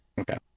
Okay